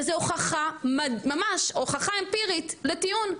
וזו הוכחה, ממש הוכחה אמפירית לטיעון.